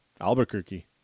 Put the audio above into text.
Albuquerque